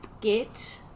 get